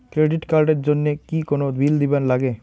Credit card এর জন্যে কি কোনো বিল দিবার লাগে?